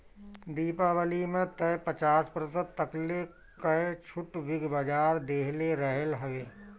दीपावली में तअ पचास प्रतिशत तकले कअ छुट बिग बाजार देहले रहल हवे